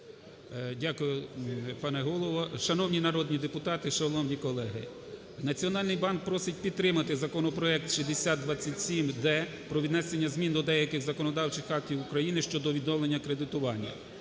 Дякую, пане Голово! Шановні народні депутати, шановні колеги! Національний банк просить підтримати законопроект 6027-д про внесення змін до деяких законодавчих актів України щодо відновлення кредитування.